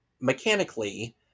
mechanically